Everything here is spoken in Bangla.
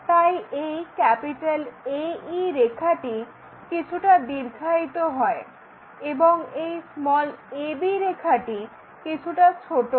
তাই এই AE রেখাটি কিছুটা দীর্ঘায়িত হয় এবং এই ab রেখাটি কিছুটা ছোট হয়